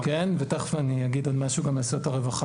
ותכף אגיד עוד משהו גם על סייעות הרווחה